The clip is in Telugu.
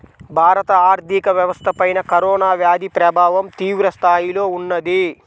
భారత ఆర్థిక వ్యవస్థపైన కరోనా వ్యాధి ప్రభావం తీవ్రస్థాయిలో ఉన్నది